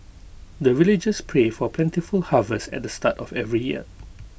the villagers pray for plentiful harvest at the start of every year